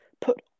put